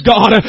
God